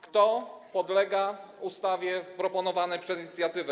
Kto podlega ustawie proponowanej przez inicjatywę?